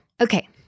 Okay